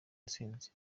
intsinzi